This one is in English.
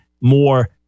more